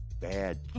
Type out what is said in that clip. bad